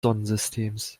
sonnensystems